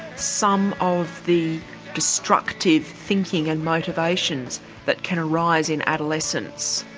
some of the destructive thinking and motivations that can arise in adolescence,